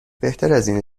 بهترازاینه